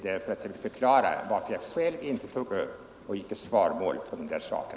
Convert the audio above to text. Jag ville bara förklara varför jag inte gick i svaromål på dessa punkter.